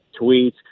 tweets